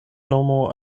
nomo